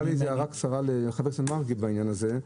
הייתה לי הערה קצרה לחבר הכנסת מרגי בעניין הזה.